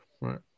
right